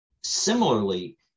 similarly